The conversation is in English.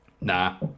Nah